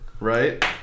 right